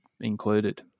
included